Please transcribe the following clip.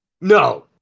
no